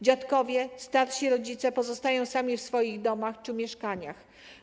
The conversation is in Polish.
Dziadkowie, starsi rodzice pozostają sami w swoich domach czy mieszkaniach.